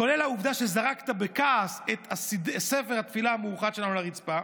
כולל העובדה שזרקת בכעס את ספר התפילה המאוחד שלנו על הרצפה,